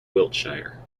wiltshire